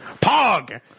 Pog